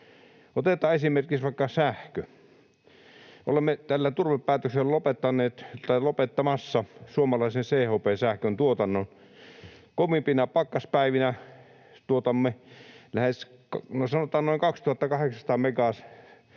Otetaan esimerkiksi vaikka sähkö. Olemme tällä turvepäätöksellä lopettamassa suomalaisen CHP-sähkön tuotannon. Kovimpina pakkaspäivinä tuotamme, sanotaan, noin 2 800 megaa